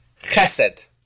Chesed